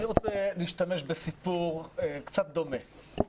אני רוצה להשתמש בסיפור קצת דומה.